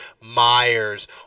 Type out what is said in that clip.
Myers